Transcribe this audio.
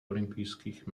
olympijských